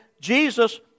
Jesus